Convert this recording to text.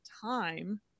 time